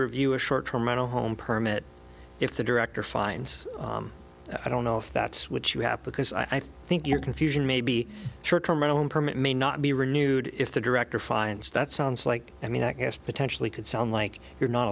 review a short term mental home permit if the director finds i don't know if that's what you have because i think your confusion may be short term don't permit may not be renewed if the director finds that sounds like i mean i guess potentially could sound like you're not